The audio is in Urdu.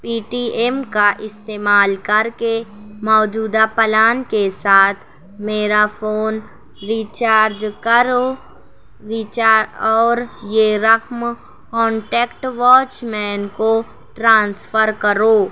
پی ٹی ایم کا استعمال کر کے موجودہ پلان کے ساتھ میرا فون ری چارج کرو اور یہ رقم کانٹیکٹ واچ مین کو ٹرانسفر کرو